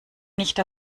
nicht